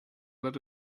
let